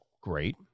Great